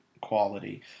quality